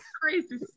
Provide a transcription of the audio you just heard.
crazy